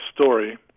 story